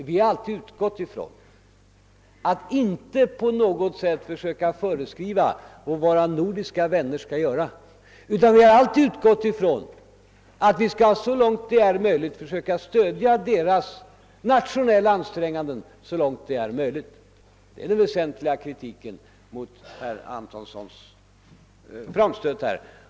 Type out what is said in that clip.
Vi har alltid utgått från att inte på något sätt försöka föreskriva vad våra nordiska vänner skall göra utan från att vi så långt det är möjligt skall försöka stödja deras nationella ansträngningar. Det är den väsentliga kritiken mot herr Antonssons framstöt här.